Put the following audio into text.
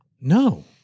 No